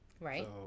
right